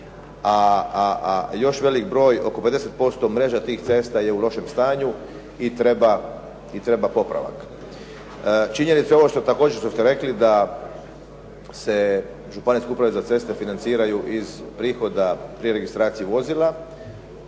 a još veliki broj oko 50% mreža tih cesta je u lošem stanju i treba popravak. Činjenica je ovo također što ste rekli da se županijske uprave za ceste financiraju iz prihoda pri registraciji vozila